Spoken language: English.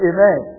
Amen